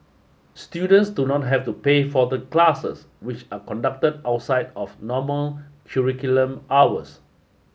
students do not have to pay for the classes which are conducted outside of normal curriculum hours